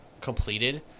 completed